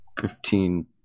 fifteen